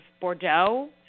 Bordeaux